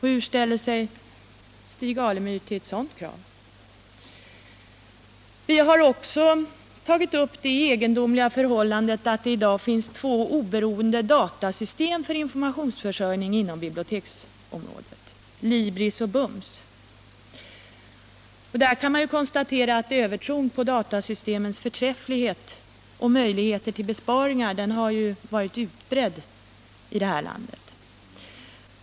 Hur ställer sig Stig Alemyr till ett sådant krav? Vi har också tagit upp det egendomliga förhållandet att det i dag finns två oberoende datasystem för informationsförsörjning inom biblioteksområdet — 67 Libris och BUMS. Övertron på datasystemens förträfflighet och möjligheter till besparingar har varit utbredd i det här landet.